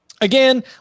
Again